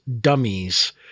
dummies